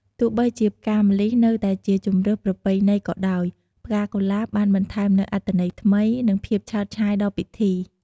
ទោះបីជាផ្កាម្លិះនៅតែជាជម្រើសប្រពៃណីក៏ដោយ ផ្កាកុលាបបានបន្ថែមនូវអត្ថន័យថ្មី និងភាពឆើតឆាយដល់ពិធី។